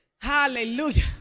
Hallelujah